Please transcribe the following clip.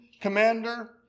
commander